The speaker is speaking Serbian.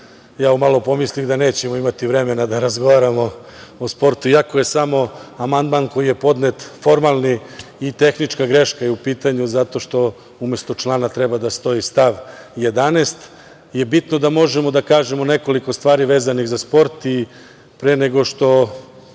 umalo pomislih da nećemo imati vremena da razgovaramo o sportu, iako je samo amandman koji je podnet formalni i tehnička greška je u pitanju, zato što umesto člana treba da stoji stav 11, bitno je da možemo da kažemo nekoliko stvari vezanih za sport. Pre nego što